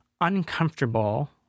uncomfortable